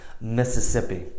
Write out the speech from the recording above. Mississippi